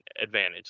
advantage